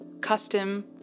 custom